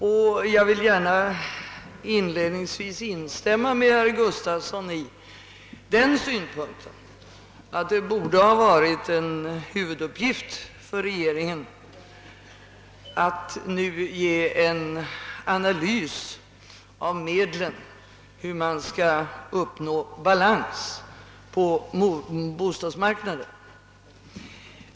Inledningsvis vill jag gärna instämma med herr Gustafsson i att det borde ha varit en huvuduppgift för regeringen att nu göra en analys av medlen för att uppnå balans på bostadsmarknaden.